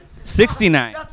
Sixty-nine